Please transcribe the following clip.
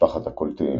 משפחת הקולטיים